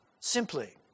simply